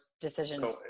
decisions